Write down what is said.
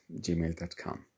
gmail.com